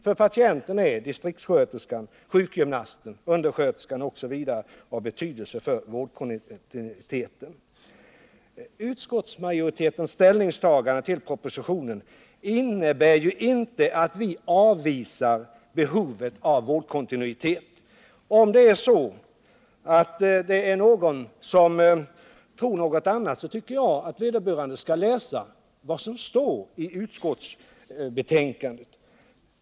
För patienten är även distriktssköterskan, sjukgymnasten, undersköterskan m.fl. av betydelse för vårdkontinuiteten. Utskottsmajoritetens ställningstagande till propositionen innebär inte att vi avvisar behovet av vårdkontinuitet. Om någon skulle tro att vi gör det, tycker jag att vederbörande skall läsa vad som står i utskottsbetänkandet.